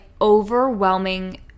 overwhelming